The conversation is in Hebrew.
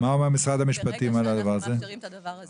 מה אומר משרד המשפטים על הדבר הזה?